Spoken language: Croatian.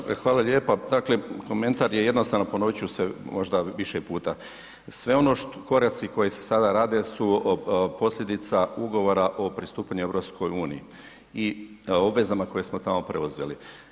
Pa dakle, hvala lijepa, dakle komentar je jednostavan, ponoviti ću se možda više puta, sve ono što, koraci koji se sada rade su posljedica ugovora o pristupanju EU I obvezama koje smo tamo preuzeli.